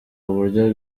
uburyo